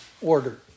order